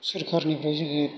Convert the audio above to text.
सोरखारनिफ्राय जोङो